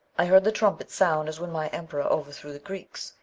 i heard the trumpets sound as when my emperor overthrew the greeks,